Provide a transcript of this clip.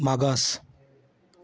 मागास